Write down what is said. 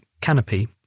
canopy